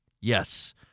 yes